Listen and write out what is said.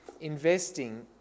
Investing